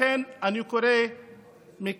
לכן אני קורא מכאן